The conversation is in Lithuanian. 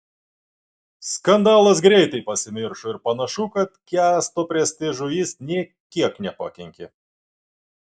skandalas greitai pasimiršo ir panašu kad kęsto prestižui jis nė kiek nepakenkė